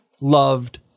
loved